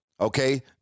okay